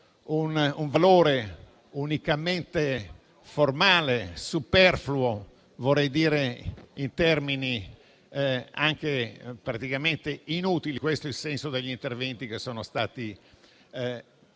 un valore unicamente formale, superfluo e vorrei dire praticamente inutile. Questo è il senso degli interventi che sono stati pronunciati